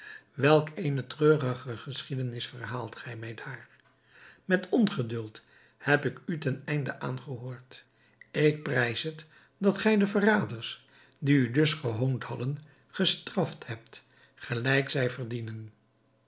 welk eene treurige geschiedenis verhaalt gij mij daar met ongeduld heb ik u ten einde aangehoord ik prijs het dat gij de verraders die u dus gehoond hadden gestraft hebt gelijk zij verdienen